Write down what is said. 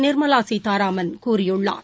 நிர்மலா சீதாராமன் கூறியுள்ளார்